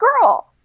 girl